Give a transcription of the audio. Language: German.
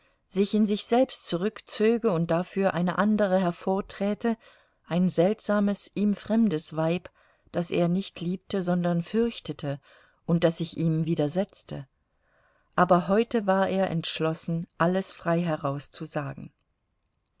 sich in sich selbst zurückzöge und dafür eine andere hervorträte ein seltsames ihm fremdes weib das er nicht liebte sondern fürchtete und das sich ihm widersetzte aber heute war er entschlossen alles freiheraus zu sagen